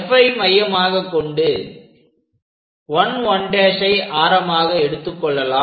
Fஐ மையமாகக்கொண்டு 11'ஐ ஆரமாக எடுத்துக்கொள்ளலாம்